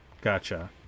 gotcha